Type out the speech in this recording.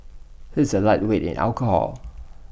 he is A lightweight in alcohol